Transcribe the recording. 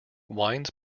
winds